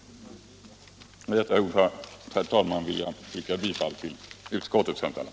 Med detta, herr talman, ber jag att få yrka bifall till finansutskottets hemställan.